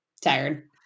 tired